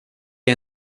jag